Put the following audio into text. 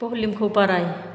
भलिउमखौ बाराय